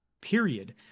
period